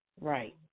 Right